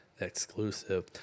exclusive